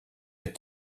had